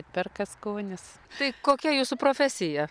atperka skonis tai kokia jūsų profesija